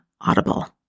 Audible